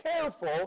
careful